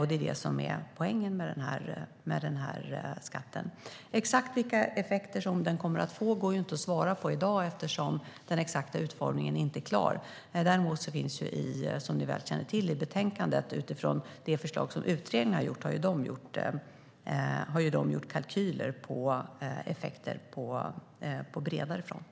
Det är det som är poängen med den här skatten. Exakt vilka effekter den kommer att få går det inte att svara på i dag eftersom den exakta utformningen inte är klar. Däremot finns det - som ni väl känner till - i betänkandet, utifrån det förslag som utredningen har gjort, kalkyler på effekter på bredare front.